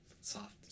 soft